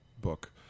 book